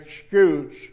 excuse